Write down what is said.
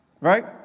Right